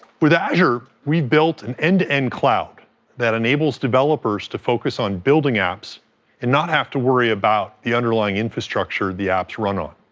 with azure, we've built an end-to-end cloud that enables developers to focus on building apps and not have to worry about the underlying infrastructure the apps run on.